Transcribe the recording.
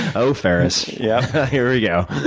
oh, ferriss, yeah here we go.